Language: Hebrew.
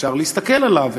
אפשר להסתכל עליו,